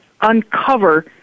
uncover